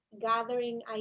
gathering